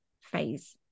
phase